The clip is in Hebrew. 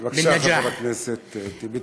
(אומר בערבית: בהצלחה.) בבקשה, חבר הכנסת טיבי.